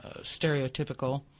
stereotypical